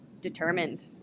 determined